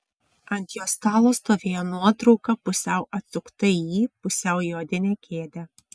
ant jo stalo stovėjo nuotrauka pusiau atsukta į jį pusiau į odinę kėdę